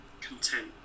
content